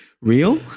Real